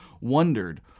wondered